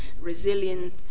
resilient